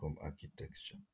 architecture